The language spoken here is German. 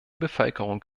bevölkerung